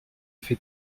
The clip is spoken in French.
fait